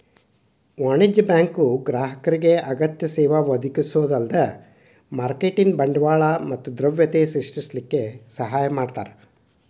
ವಾಣಿಜ್ಯ ಬ್ಯಾಂಕು ಗ್ರಾಹಕರಿಗೆ ಅಗತ್ಯ ಸೇವಾ ಒದಗಿಸೊದ ಅಲ್ದ ಮಾರ್ಕೆಟಿನ್ ಬಂಡವಾಳ ಮತ್ತ ದ್ರವ್ಯತೆ ಸೃಷ್ಟಿಸಲಿಕ್ಕೆ ಸಹಾಯ ಮಾಡ್ತಾರ